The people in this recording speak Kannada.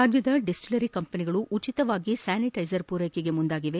ರಾಜ್ಯದ ದಿಸ್ವಿಲರಿ ಕಂಪನಿಗಳು ಉಚಿತವಾಗಿ ಸ್ಯಾನಿಟೈಸರ್ ಪೂರೈಕೆಗೆ ಮುಂದಾಗಿವೆ